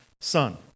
son